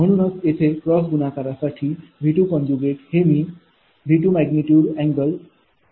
म्हणूनच येथे क्रॉस गुणाकारा साठी V2 हे मी ।V2।∠−δ2 या प्रकारे लिहिले आहे